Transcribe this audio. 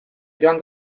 joan